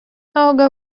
auga